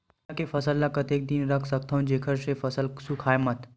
गन्ना के फसल ल कतेक दिन तक रख सकथव जेखर से फसल सूखाय मत?